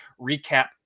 recap